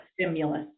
stimulus